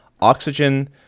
Oxygen